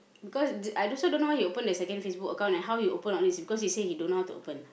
because I also don't know why he open the second Facebook account and how he open all this because he say he don't know how to open